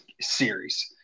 series